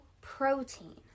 protein